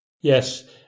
Yes